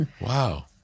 Wow